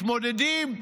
מתמודדים,